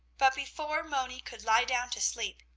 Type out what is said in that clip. but before moni could lie down to sleep,